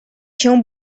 się